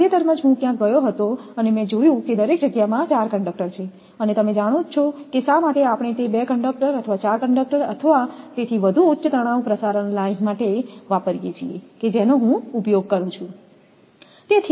તાજેતરમાં જ હું ક્યાંક ગયો હતો અને મેં જોયું કે દરેક જગ્યામાં 4 કંડકટર છે અને તમે જાણો જ છો કે શા માટે આપણે તે 2 કંડકટરો અથવા 4 કંડક્ટર અથવા તેથી વધુ ઉચ્ચ તણાવ પ્રસારણ લાઇન માટે વાપરીએ છીએ કે જેનો હું ઉપયોગ કરું છું